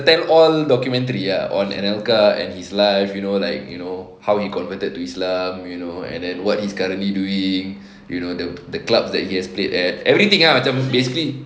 tell all documentary ah an anelka and his life you know like you know how he converted to islam you know and then what he's currently doing you know the the clubs that he has played at everything macam basically